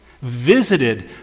visited